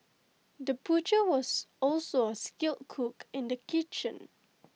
the butcher was also A skilled cook in the kitchen